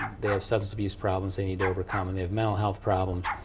they have substance abuse problems they need to overcome. and they have mental health problems.